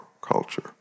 culture